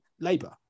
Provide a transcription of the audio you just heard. Labour